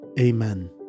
Amen